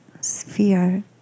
sphere